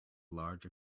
large